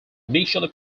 initially